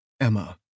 Emma